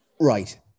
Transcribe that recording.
Right